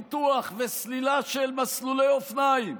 פיתוח וסלילה של מסלולי אופניים,